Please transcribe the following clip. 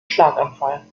schlaganfall